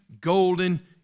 golden